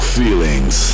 feelings